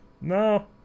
No